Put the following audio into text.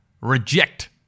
reject